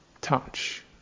touch